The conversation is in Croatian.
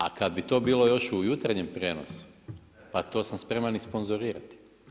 A kad bi to bilo još u jutarnjem prijenosu, pa to sam spreman i sponzorirati.